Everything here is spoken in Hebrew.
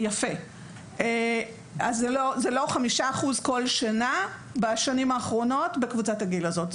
זה לא 5% כל שנה בשנים האחרונות בקבוצת הגיל הזאת.